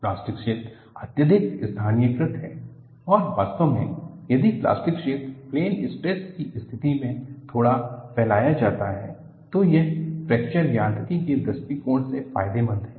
plastic क्षेत्र अत्यधिक स्थानीयकृत है और वास्तव में यदि प्लास्टिक क्षेत्र प्लेन स्ट्रेस की स्थिति में थोड़ा फैलाया जाता है तो यह फ्रैक्चर यांत्रिकी के दृष्टिकोण से फायदेमंद है